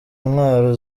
ntwaro